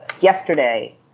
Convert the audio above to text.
Yesterday